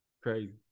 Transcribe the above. Crazy